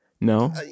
No